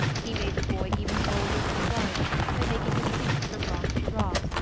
he made the boy even bolder than he was by making him leap from rock to rock,